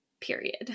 period